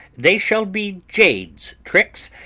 they shall be jades' tricks,